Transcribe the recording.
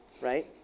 right